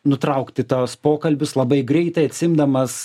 nutraukti tuos pokalbius labai greitai atsiimdamas